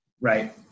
Right